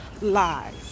lies